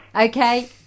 Okay